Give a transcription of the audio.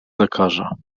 lekarza